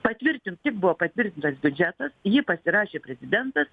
patvirtint tik buvo patvirtintas biudžetas jį pasirašė prezidentas